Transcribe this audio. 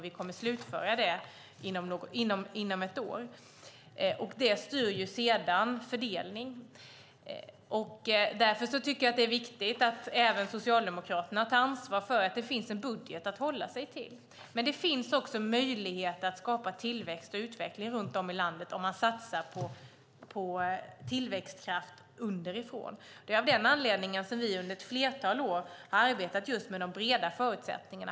Vi kommer att slutföra dem inom ett år. Det styr sedan fördelning. Det är därför viktigt att även Socialdemokraterna tar ansvar för att det finns en budget att hålla sig till. Det finns också möjligheter att skapa tillväxt och utveckling runt om i landet om man satsar på tillväxtkraft underifrån. Det är av den anledningen som vi under ett flertal år arbetat just med de breda förutsättningarna.